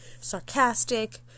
sarcastic